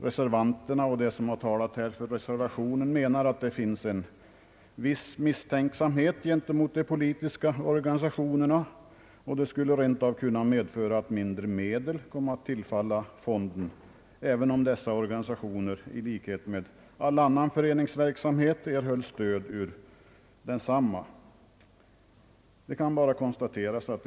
Reservanterna och de som här talat för reservationen menar att det finns en viss misstänksamhet gentemot de politiska organisationerna, och att den ändring i bestämmelserna som här föreslås rent av skulle kunna medföra att medel i mindre utsträckning kommer att tillfalla fonden, alltså om även dessa organisationer erhåller stöd ur fonden efter samma grunder som gäller för all annan föreningsverksamhet.